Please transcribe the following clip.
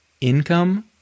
income